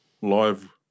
live